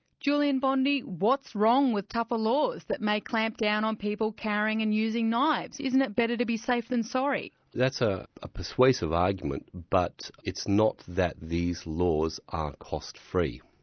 julian bondy, what's wrong with tougher laws that may clamp down on people carrying and using knives? isn't it better to be safe than sorry? that's a ah persuasive argument, but it's not that these laws are cost free.